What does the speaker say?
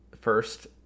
first